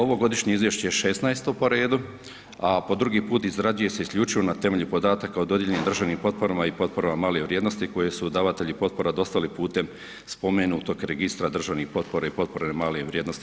Ovo godišnje izvješće je 16. po redu, a po drugi put izrađuje se isključivo na temelju podataka o dodijeljenim državnim potporama i potporama male vrijednosti koje su davatelji potpora dostavili putem spomenutog Registra državnih potpora i potpora male vrijednosti.